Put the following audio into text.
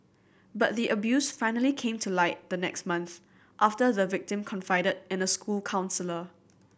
but the abuse finally came to light the next month after the victim confided in a school counsellor